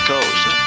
Coast